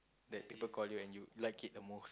that people call you and you like it the most